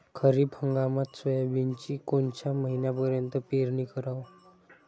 खरीप हंगामात सोयाबीनची कोनच्या महिन्यापर्यंत पेरनी कराव?